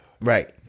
Right